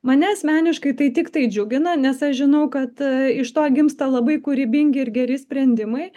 mane asmeniškai tai tiktai džiugina nes aš žinau kad iš to gimsta labai kūrybingi ir geri sprendimai